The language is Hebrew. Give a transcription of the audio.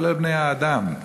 כולל בני-האדם.